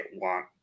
want